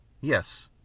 yes